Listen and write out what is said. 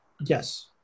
Yes